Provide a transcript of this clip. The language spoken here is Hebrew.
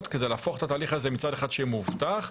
כדי להפוך את התהליך הזה מצד אחד שיהיה מאובטח,